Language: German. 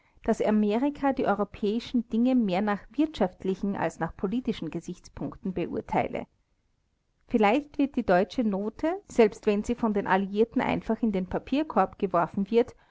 daß amerika die europäischen dinge mehr nach wirtschaftlichen als nach politischen gesichtspunkten beurteile vielleicht wird die deutsche note selbst wenn sie von den alliierten einfach in den papierkorb geworfen wird